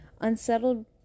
Unsettled